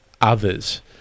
others